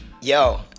Yo